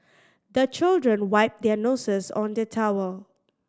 the children wipe their noses on the towel